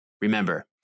Remember